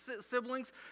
siblings